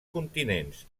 continents